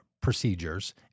procedures